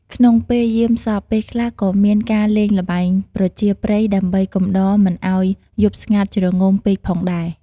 ក្នុងពេលយាមសព ពេលខ្លះក៏មានការលេងល្បែងប្រជាប្រិយដើម្បីកំដរមិនឲ្យយប់ស្ងាត់ជ្រងំពេកផងដែរ។